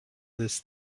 this